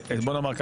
ואז אתה אומר: